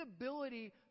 ability